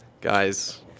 Guys